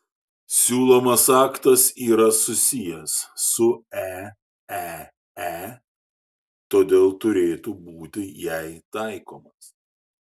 siūlomas aktas yra susijęs su eee todėl turėtų būti jai taikomas